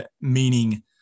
meaning